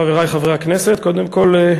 חברי חברי הכנסת, קודם כול,